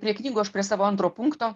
prie knygų aš prie savo antro punkto